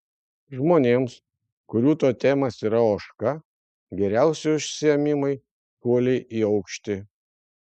žmonėms kurių totemas yra ožka geriausi užsiėmimai šuoliai į aukštį